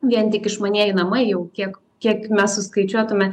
vien tik išmanieji namai jau kiek kiek mes suskaičiuotume